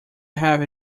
have